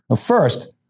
first